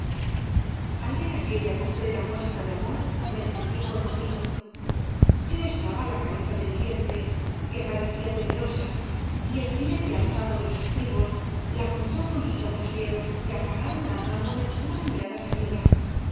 al ver aquella postrera muestra de amor me sentí conmovido yo estaba á la cabeza de mi gente que parecía temerosa y el jinete alzado en los estribos la contó con sus ojos fieros que acabaron lanzándome una mirada sañuda